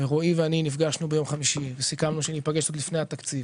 רועי ואני נפגשנו ביום חמישי וסיכמנו שניפגש עוד לפני התקציב.